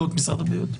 בבקשה.